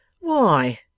Why